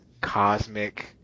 Cosmic